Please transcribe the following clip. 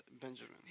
Benjamin